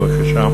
בבקשה,